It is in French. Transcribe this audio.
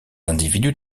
individus